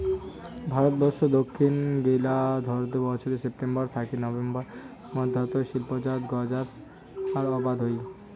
ভারতবর্ষত দক্ষিণ গোলার্ধত বছরে সেপ্টেম্বর থাকি নভেম্বর মধ্যত শিল্পজাত গাঁজার আবাদ হই